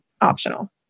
optional